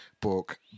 book